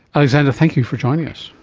alexander, thank you for joining us.